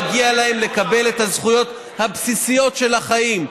מגיע להם לקבל את הזכויות הבסיסיות של החיים.